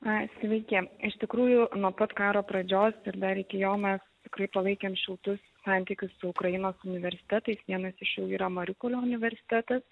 na sveiki iš tikrųjų nuo pat karo pradžios ir dar iki jo mes tikrai palaikėm šiltus santykius su ukrainos universitetais vienas iš jų yra mariupolio universitetas